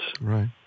right